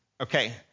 okay